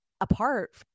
apart